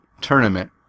tournament